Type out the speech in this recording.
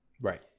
right